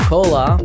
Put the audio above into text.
Cola